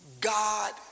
God